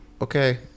okay